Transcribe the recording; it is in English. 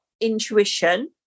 intuition